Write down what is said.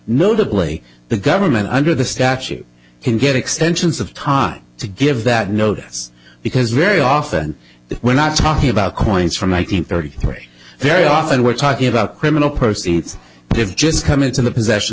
notably the government under the statute can get extensions of time to give that notice because very often we're not talking about coins from one nine hundred thirty three very often we're talking about criminal proceedings have just come into the possession